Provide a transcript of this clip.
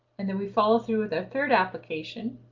and then we follow through with a third application.